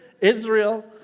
Israel